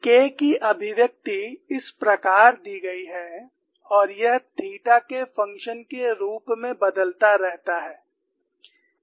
K की अभिव्यक्ति इस प्रकार दी गई है और यह थीटा के फंक्शन के रूप में बदलता रहता है